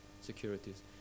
securities